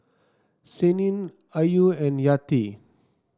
Senin Ayu and Yati